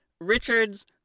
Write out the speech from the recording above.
Richard's